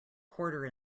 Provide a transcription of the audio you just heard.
quarter